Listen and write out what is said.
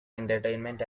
entertainment